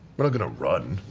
we're not going to run.